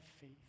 faith